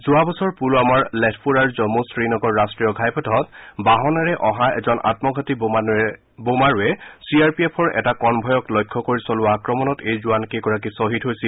যোৱা বছৰ পুলৱামাৰ লেথপুৰাৰ জম্মু শ্ৰীনগৰ ৰাষ্ট্ৰীয় ঘাইপথত বাহনেৰে অহা এজন আত্মঘাতী বোমাৰুৱে চি আৰ পি এফৰ এটা কনভয়ক লক্ষ্য কৰি চলোৱা আক্ৰমণত এই জোৱানকেইগৰাকী ছহিদ হৈছিল